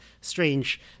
strange